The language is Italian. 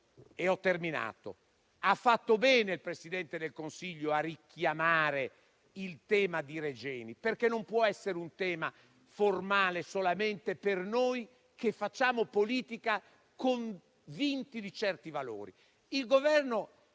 è il seguente: ha fatto bene il Presidente del Consiglio a richiamare il tema di Regeni perché non può essere una questione formale solamente per noi che facciamo politica convinti di certi valori.